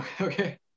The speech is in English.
Okay